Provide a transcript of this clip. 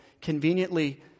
conveniently